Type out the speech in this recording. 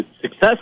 success